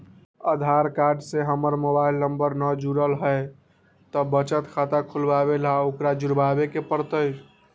आधार card से हमर mobile number न जुरल है त बचत खाता खुलवा ला उकरो जुड़बे के पड़तई?